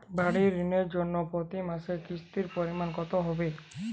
বাড়ীর ঋণের জন্য প্রতি মাসের কিস্তির পরিমাণ কত হবে?